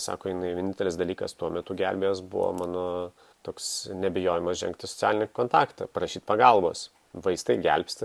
sako jinai vienintelis dalykas tuo metu gelbėjęs buvo mano toks nebijojimas žengt į socialinį kontaktą prašyt pagalbos vaistai gelbsti